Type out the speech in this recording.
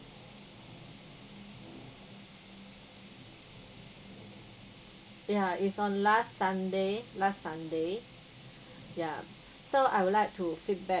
ya is on last sunday last sunday ya so I would like to feedback